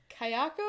Kayako